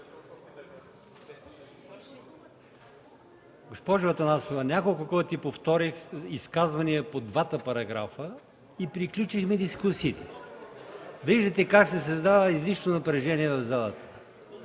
Госпожо Атанасова, няколко пъти повторих „изказвания по двата параграфа” и приключихме дискусиите! Виждате как се създава излишно напрежение в залата.